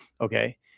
okay